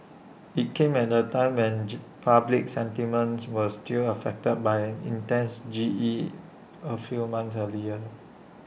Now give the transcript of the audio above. IT came at A time when public sentiments were still affected by an intense G E A few months earlier